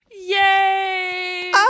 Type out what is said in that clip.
Yay